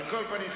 על כל פנים,